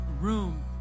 room